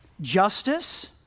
justice